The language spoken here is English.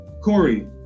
Corey